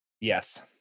Yes